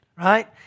right